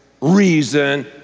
reason